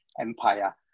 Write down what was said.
empire